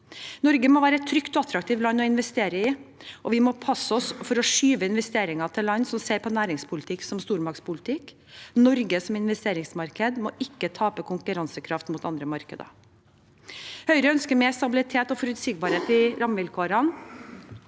Norge må være et trygt og attraktivt land å investere i, og vi må passe oss for å skyve investeringer til land som ser på næringspolitikk som stormaktspolitikk. Norge som investeringsmarked må ikke tape konkurransekraft mot andre markeder. Høyre ønsker mer stabilitet og forutsigbarhet i rammevilkårene.